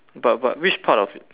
but but which part of it